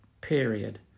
period